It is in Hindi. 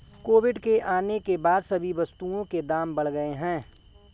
कोविड के आने के बाद सभी वस्तुओं के दाम बढ़ गए हैं